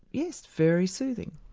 yes, very soothing.